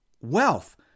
wealth